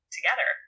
together